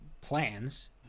plans